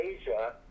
Asia